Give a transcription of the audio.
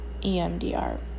EMDR